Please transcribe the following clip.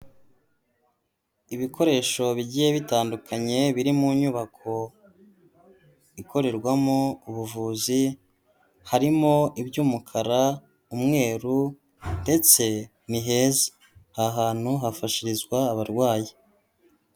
Ibikoresho bigiye bitandukanye biri mu nyubako ikorerwamo ubuvuzi, harimo iby'umukara, umweru, ndetse ni heza, aha hantu hafashirizwa abarwayi.